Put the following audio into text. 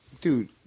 dude